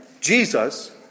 Jesus